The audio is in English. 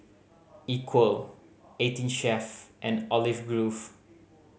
Equal Eighteen Chef and Olive Grove